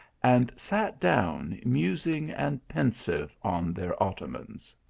and sat down musing and pensive on their ottomans.